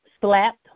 slapped